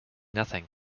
nothing